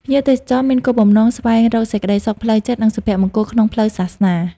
ភ្ញៀវទេសចរ មានគោលបំណងស្វែងរកសេចក្តីសុខផ្លូវចិត្ត និងសុភមង្គលក្នុងផ្លូវសាសនា។